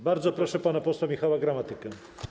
Bardzo proszę pana posła Michała Gramatykę.